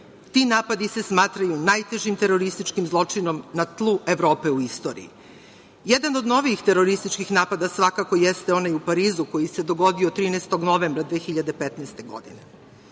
Ti napadi se smatraju najtežim terorističkim zločinom na tlu Evrope u istoriji. Jedan od novijih terorističkih napada svakako jeste onaj u Parizu koji se dogodio 13. novembra 2015. godine. Niko